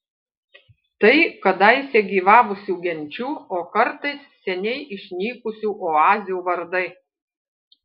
tai kadaise gyvavusių genčių o kartais seniai išnykusių oazių vardai